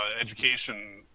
education